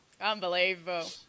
Unbelievable